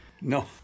No